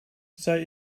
zij